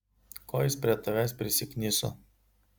ko jis prie tavęs prisikniso